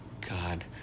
god